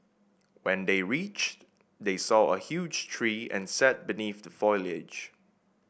when they reached they saw a huge tree and sat beneath the foliage